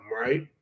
right